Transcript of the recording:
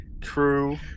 true